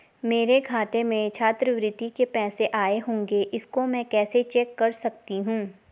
मेरे खाते में छात्रवृत्ति के पैसे आए होंगे इसको मैं कैसे चेक कर सकती हूँ?